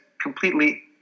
completely